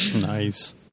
Nice